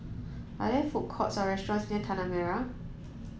are there food courts or restaurants near Tanah Merah